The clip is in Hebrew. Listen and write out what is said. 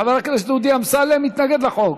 חבר הכנסת דודי אמסלם מתנגד לחוק.